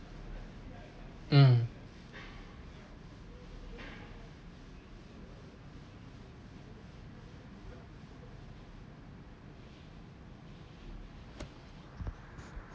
mm